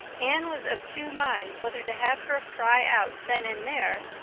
anne was of two minds whether to have her cry out then and there,